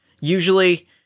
usually